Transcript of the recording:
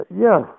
yes